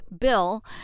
bill